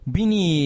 Bini